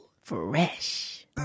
fresh